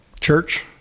Church